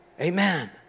Amen